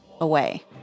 away